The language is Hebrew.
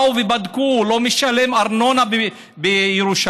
באו ובדקו: לא משלם ארנונה בירושלים,